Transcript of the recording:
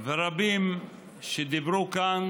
רבים שדיברו כאן